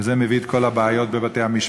וזה מביא את כל הבעיות בבתי-המשפט